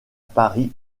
paris